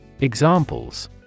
Examples